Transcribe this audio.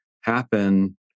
happen